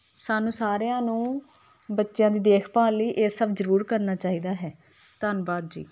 ਸਾਨੂੰ ਸਾਰਿਆਂ ਨੂੰ ਬੱਚਿਆਂ ਦੀ ਦੇਖਭਾਲ ਲਈ ਇਹ ਸਭ ਜ਼ਰੂਰ ਕਰਨਾ ਚਾਹੀਦਾ ਹੈ ਧੰਨਵਾਦ ਜੀ